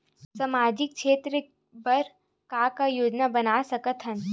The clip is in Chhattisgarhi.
सामाजिक क्षेत्र बर का का योजना बना सकत हन?